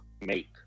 make